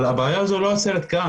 אבל הבעיה הזאת לא עוצרת כאן.